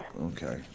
Okay